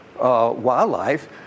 wildlife